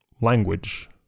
language